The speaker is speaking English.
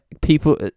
People